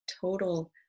total